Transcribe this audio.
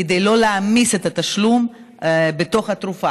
כדי לא להעמיס את התשלום בתוך התרופה.